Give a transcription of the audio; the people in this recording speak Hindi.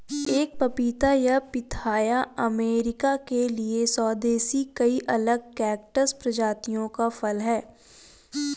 एक पपीता या पिथाया अमेरिका के लिए स्वदेशी कई अलग कैक्टस प्रजातियों का फल है